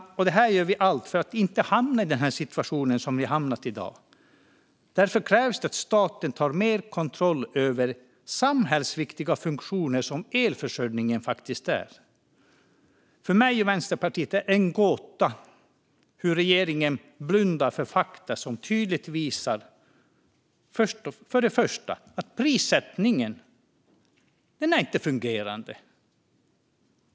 Allt detta föreslår vi för att Sverige inte ska hamna i situationer som den vi i dag har hamnat i. Det krävs att staten tar mer kontroll över den typ av samhällsviktiga funktioner som elförsörjningen faktiskt är. För mig och Vänsterpartiet är det en gåta hur regeringen blundar för fakta som tydligt visar, för det första, att prissättningen inte är fungerande.